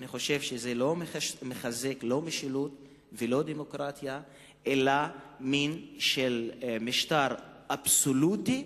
אני חושב שזה לא מחזק משילות ולא דמוקרטיה אלא מין משטר אבסולוטי,